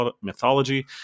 mythology